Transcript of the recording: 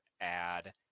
add